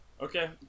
Okay